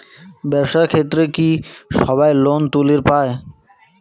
ব্যবসার ক্ষেত্রে কি সবায় লোন তুলির পায়?